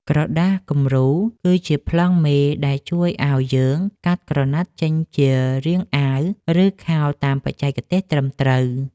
ក្រដាសគំរូ គឺជាប្លង់មេដែលជួយឱ្យយើងកាត់ក្រណាត់ចេញជារាងអាវ ឬខោតាមបច្ចេកទេសត្រឹមត្រូវ។